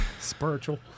Spiritual